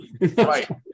right